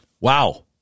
Wow